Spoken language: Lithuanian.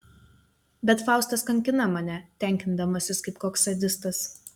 bet faustas kankina mane tenkindamasis kaip koks sadistas